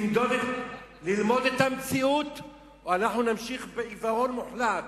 ללמוד את המציאות, או שנמשיך בעיוורון מוחלט?